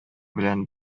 белән